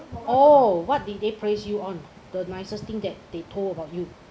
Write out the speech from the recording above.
oh what did they praise you on the nicest thing that they told about you